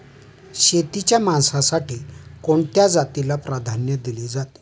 शेळीच्या मांसासाठी कोणत्या जातीला प्राधान्य दिले जाते?